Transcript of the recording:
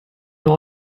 been